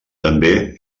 també